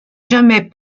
jamais